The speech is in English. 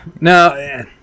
No